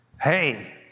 Hey